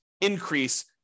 increase